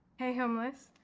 hey homeless.